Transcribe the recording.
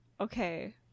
Okay